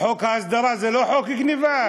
חוק ההסדרה זה לא חוק הגנבה?